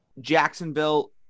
Jacksonville